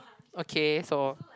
okay so